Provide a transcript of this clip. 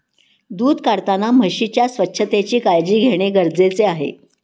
दूध काढताना म्हशीच्या स्वच्छतेची काळजी घेणे गरजेचे आहे